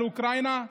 על אוקראינה?